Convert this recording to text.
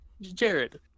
Jared